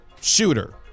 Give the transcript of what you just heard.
shooter